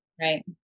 Right